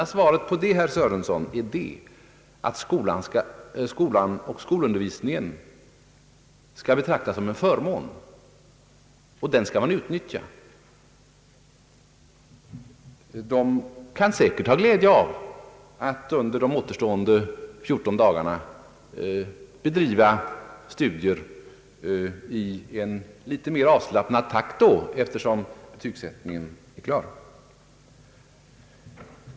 Svaret är, herr Sörenson, att skolan och skolundervisningen betraktas som en förmån, vilken skall utnyttjas. De kvarvarande eleverna kan säkert ha glädje av att under de återstående 14 dagarna bedriva studier i en litet mer avslappad takt, eftersom betygssättningen är klar.